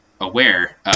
aware